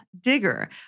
digger